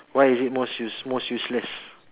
why is it most use most useless